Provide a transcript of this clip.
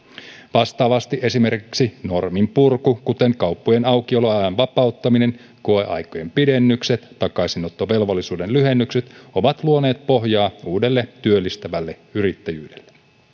vastaavasti esimerkiksi norminpurku kuten kauppojen aukioloajan vapauttaminen koeaikojen pidennykset ja takaisinottovelvollisuuden lyhennykset ovat luoneet pohjaa uudelle työllistävälle yrittäjyydelle